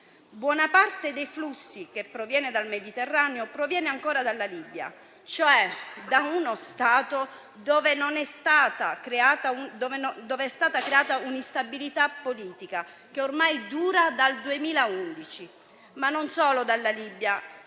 Buona parte dei flussi che proviene dal Mediterraneo proviene ancora dalla Libia, cioè da uno Stato dove è stata creata un'instabilità politica che ormai dura dal 2011; ma non solo dalla Libia,